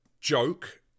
joke